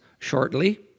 shortly